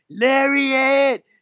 Lariat